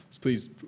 please